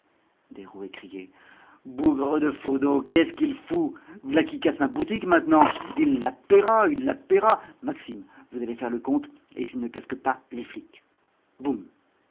derouet criait bougre de fourneau qu'est-ce qu'il fout v'là qu'y casse ma boutique maintenant il la paiera il la paiera maxime vous allez faire le compte et s'il ne casque pas les flics boum